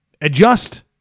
adjust